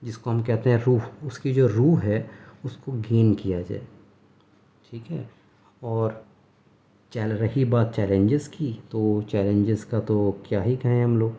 جس کو ہم کہتے ہیں روح اس کی جو روح ہے اس کو گین کیا جائے ٹھیک ہے اور چل رہی بات چیلنجز کی تو چیلنجز کا تو کیا ہی کہیں ہم لوگ